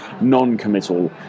non-committal